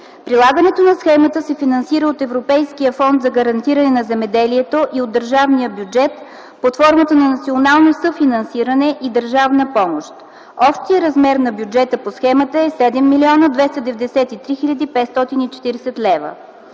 Прилагането на схемата се финансира от Европейския фонд за гарантиране на земеделието и от държавния бюджет под формата на национално съфинансиране и държавна помощ. Общият размер на бюджета по схемата е 7 млн.